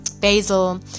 basil